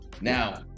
Now